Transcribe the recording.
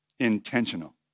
intentional